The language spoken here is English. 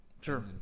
Sure